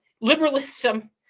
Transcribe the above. liberalism